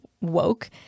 woke